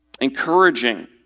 encouraging